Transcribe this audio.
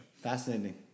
Fascinating